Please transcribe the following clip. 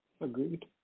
agreed